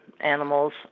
animals